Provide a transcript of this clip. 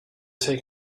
take